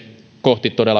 kohti